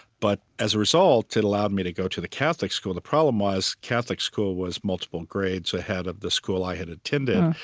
but as a result, it allowed me to go to the catholic school. the problem was the catholic school was multiple grades ahead of the school i had attended,